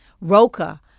ROCA